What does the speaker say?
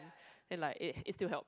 and like it it still help